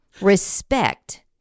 Respect